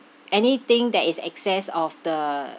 anything that is excess of the